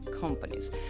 companies